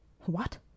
What